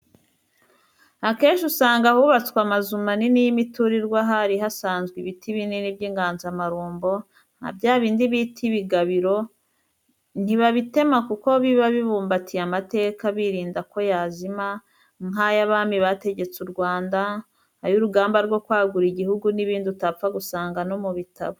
Akenshi usanga ahubatswe amazu manini y'imiturirwa, hari hasanzwe ibiti binini by' inganzamarumbo, nka bya bindi bita ibigabiro; ntibabitema kuko biba bibumbatiye amateka birinda ko yazima, nk'ay'abami bategetse u Rwanda, ay'urugamba rwo kwagura igihugu n'ibindi utapfa gusanga no mu bitabo.